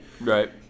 Right